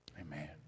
Amen